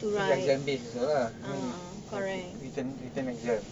it's exam-based also lah I mean written written exam